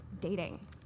dating